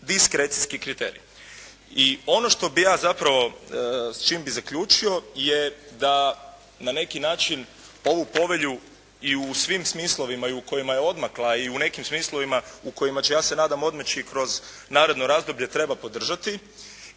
diskrecijski kriterij. I ono što bih ja zapravo s čim bi zaključio je da na neki način ovu povelju i u svim smislovima i u kojima je odmakla i u nekim smislovima u kojima će ja se nadam odmaći kroz naredno razdoblje treba podržati